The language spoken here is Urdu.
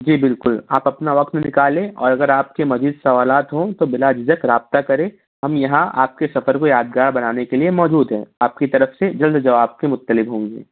جی بالکل آپ اپنا وقت نکالیں اور اگر آپ كے مزید سوالات ہوں تو بِلا جھجک رابطہ كریں ہم یہاں آپ کے سفر کو یادگار بنانے کے لیے موجود ہیں آپ کی طرف سے جلد جواب كے مطّلب ہوں گے